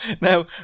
Now